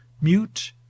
mute